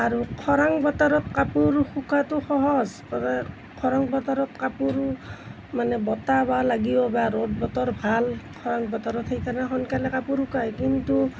আৰু খৰাং বতৰত কাপোৰ শুকোৱাটো সহজ খৰাং বতৰত কাপোৰ মানে বতাহ বা লাগিও বা ৰ'দ বতৰ ভাল খৰাং বতৰত সেইকাৰণে সোনকালে কাপোৰ শুকায় কিন্তু